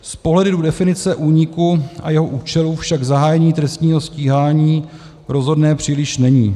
Z pohledu definice úniku a jeho účelu však zahájení trestního stíhání rozhodné příliš není.